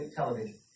Television